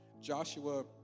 Joshua